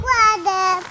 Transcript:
Water